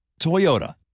Toyota